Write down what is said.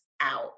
out